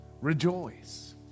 rejoice